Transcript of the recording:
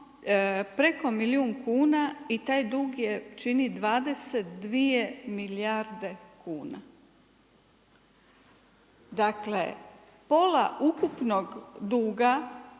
preko milijun kuna i taj dug čini 22 milijarde kuna. Dakle, pola ukupnog duga,